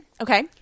Okay